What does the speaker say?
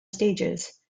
stages